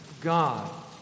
God